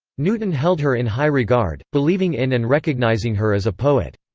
newton held her in high regard, believing in and recognizing her as a poet.